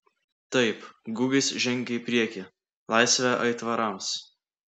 taip gugis žengė į priekį laisvę aitvarams